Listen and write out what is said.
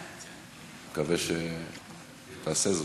אני מקווה שתעשה זאת.